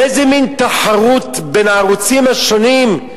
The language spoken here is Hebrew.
איזה מין תחרות בין הערוצים השונים,